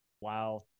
Wow